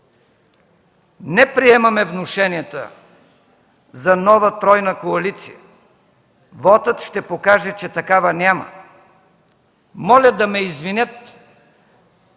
Не приемаме внушенията за нова тройна коалиция. Вотът ще покаже, че такава няма. Моля да ме извинят